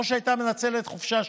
או שהייתה מנצלת חופשה שנתית.